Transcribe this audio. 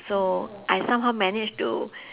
so I somehow manage to